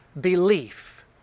belief